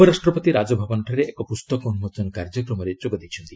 ଉପରାଷ୍ଟ୍ରପତି ରାଜଭବନଠାରେ ଏକ ପୁସ୍ତକ ଉନ୍କୋଚନ କାର୍ଯ୍ୟକ୍ରମରେ ଯୋଗଦେଇଛନ୍ତି